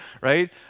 right